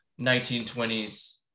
1920s